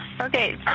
Okay